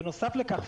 בנוסף לכך,